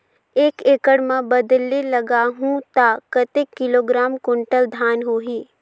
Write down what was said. एक एकड़ मां बदले लगाहु ता कतेक किलोग्राम कुंटल धान होही?